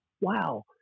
Wow